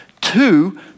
Two